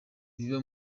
biba